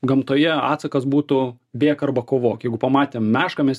gamtoje atsakas būtų bėk arba kovok jeigu pamatėm mešką mes